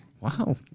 Wow